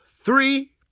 three